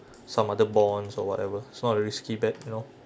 some other bonds or whatever sort of risky bet you know